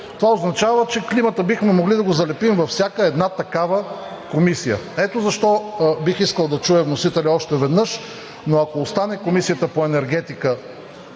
Това означава, че климата бихме могли да го залепим във всяка една такава комисия. Ето защо бих искал да чуя вносителя още веднъж, но ако остане Комисията по енергетика